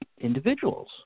individuals